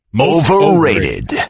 Overrated